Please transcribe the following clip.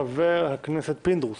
חבר הכנסת פינדרוס.